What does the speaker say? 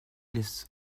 laisse